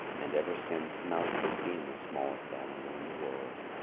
and ever since, mouse has been the smallest animal in the world,